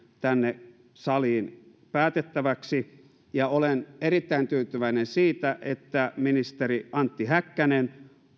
tänne saliin päätettäväksi ja olen erittäin tyytyväinen siitä että ministeri antti häkkänen